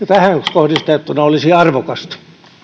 tähän kohdistettuna olisi arvokasta